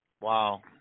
wow